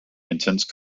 intense